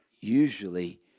Usually